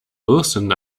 wilson